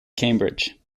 cambridge